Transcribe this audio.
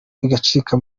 bigacika